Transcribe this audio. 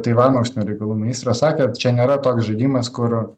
taivano užsienio reikalų ministras sakė čia nėra toks žaidimas kur